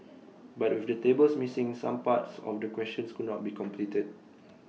but with the tables missing some parts of the questions could not be completed